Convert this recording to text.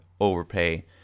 overpay